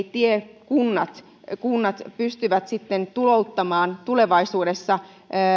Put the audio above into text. tiekunnat pystyvät sitten tulouttamaan tulevaisuudessa